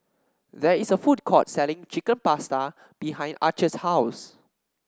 there is a food court selling Chicken Pasta behind Arch's house